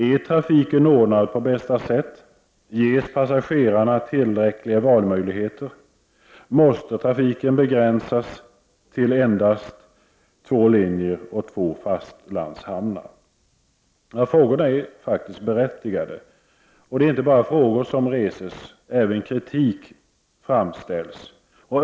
Är trafiken ordnad på bästa sätt? Ges passagerarna tillräckliga valmöjligheter? Måste trafiken begränsas till endast två linjer och två fastlandshamnar? Frågorna är berättigade. Det är inte bara frågor som reses. Även kritik framställs.